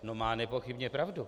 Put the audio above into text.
Má nepochybně pravdu.